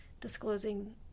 disclosing